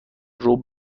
ربع